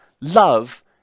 love